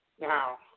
Now